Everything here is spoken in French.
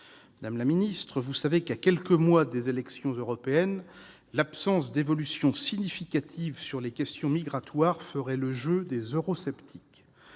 Madame la ministre, vous savez qu'à quelques mois des élections européennes l'absence d'évolutions significatives sur les questions migratoires ferait le jeu des eurosceptiques.